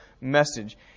message